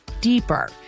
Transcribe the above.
deeper